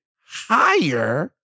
higher